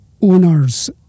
owners